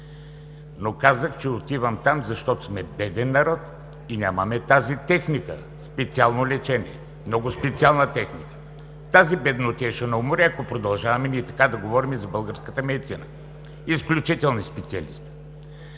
Казах, че отивам там, защото сме беден народ и нямаме тази техника – специално лечение, много специална техника. Тази беднотия ще ни умори, ако продължаваме така да говорим за българската медицина. Изключителни специалисти.